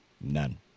None